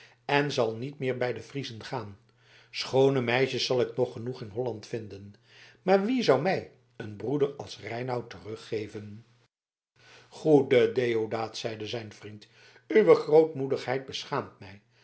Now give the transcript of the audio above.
en zal niet meer bij de friezen gaan schoone meisjes zal ik nog genoeg in holland vinden maar wie zou mij een broeder als reinout teruggeven goede deodaat zeide zijn vriend uwe grootmoedigheid beschaamt mij